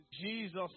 Jesus